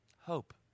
Hope